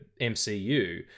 MCU